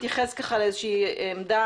נבחן את הנושא עם משרדי הפנים והמשפטים.